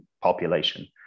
population